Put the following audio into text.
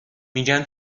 میگن